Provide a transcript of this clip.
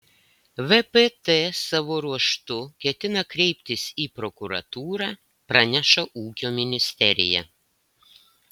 vpt savo ruožtu ketina kreiptis į prokuratūrą praneša ūkio ministerija